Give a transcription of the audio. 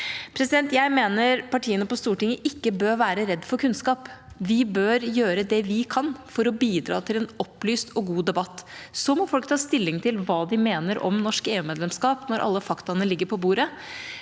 Jeg mener partiene på Stortinget ikke bør være redd for kunnskap. Vi bør gjøre det vi kan for å bidra til en opplyst og god debatt. Så må folk ta stilling til hva de mener om norsk EU-medlemskap, når alle fakta ligger på bordet,